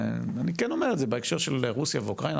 אני אומר את זה בהקשר של רוסיה ואוקראינה.